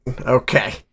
Okay